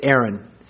Aaron